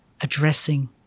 addressing